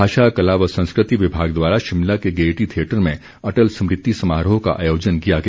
भाषा कला व संस्कृति विभाग द्वारा शिमला के गेयटी थियेटर में अटल स्मृति समारोह का आयोजन किया गया